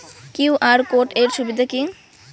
QR code এর সুবিধা কি?